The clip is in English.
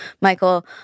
Michael